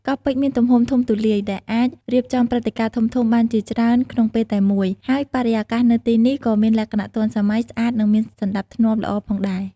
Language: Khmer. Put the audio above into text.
កោះពេជ្រមានទំហំធំទូលាយ ដែលអាចរៀបចំព្រឹត្តិការណ៍ធំៗបានជាច្រើនក្នុងពេលតែមួយ ហើយបរិយាកាសនៅទីនេះក៏មានលក្ខណៈទាន់សម័យ ស្អាត និងមានសណ្ដាប់ធ្នាប់ល្អផងដែរ។